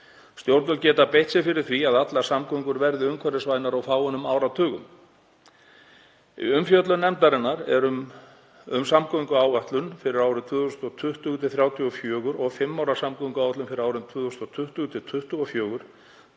Stjórnvöld geta beitt sér fyrir því að allar samgöngur verði umhverfisvænar á fáeinum áratugum. Í umfjöllun nefndarinnar um samgönguáætlun fyrir árin 2020–2034 og fimm ára samgönguáætlun fyrir árin 2020–2024